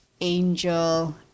angel